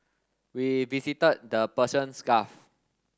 we visited the Persians Gulf